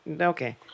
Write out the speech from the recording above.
okay